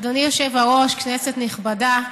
אדוני היושב-ראש, כנסת נכבדה,